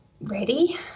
ready